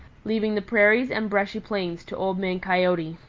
leaving the prairies and brushy plains to old man coyote.